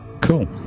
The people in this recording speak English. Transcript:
cool